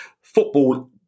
football